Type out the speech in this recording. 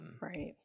Right